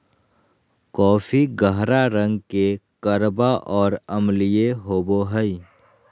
coffee गहरा रंग के कड़वा और अम्लीय होबो हइ